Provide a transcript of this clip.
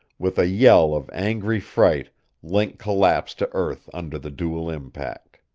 with a yell of angry fright link collapsed to earth under the dual impact.